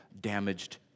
damaged